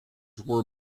were